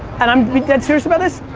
and i'm being dead serious about this,